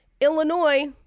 Illinois